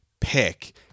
pick